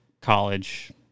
college